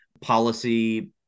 policy